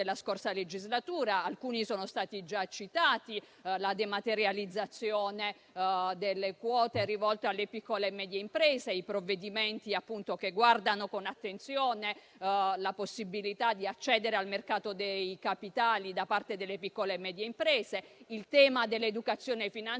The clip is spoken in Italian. scorsa legislatura. Alcuni sono stati già citati: la dematerializzazione delle quote rivolte alle piccole e medie imprese; i provvedimenti che guardano con attenzione alla possibilità di accedere al mercato dei capitali da parte delle piccole e medie imprese; il tema dell'educazione finanziaria